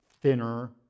thinner